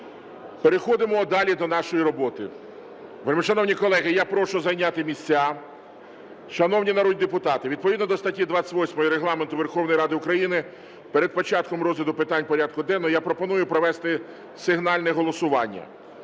Переходимо далі до нашої роботи. Вельмишановні колеги, я прошу зайняти місця. Шановні народні депутати, відповідно до статті 28 Регламенту Верховної Ради України перед початком розгляду питань порядку денного я пропоную провести сигнальне голосування.